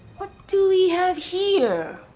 what do we have here? oh!